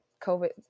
COVID